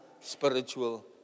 spiritual